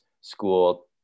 school